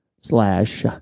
slash